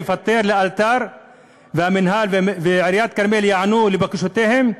ייפתר לאלתר והמינהל ועיריית כרמיאל ייענו לבקשותיהם.